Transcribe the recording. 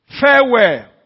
farewell